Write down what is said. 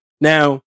Now